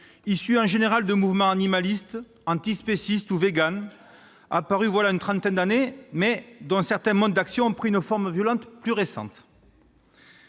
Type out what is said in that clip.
issus en général de mouvements animalistes, antispécistes ou véganes, apparus voilà une trentaine d'années, mais dont certains modes d'action ont pris une forme violente plus récemment.